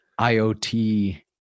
IoT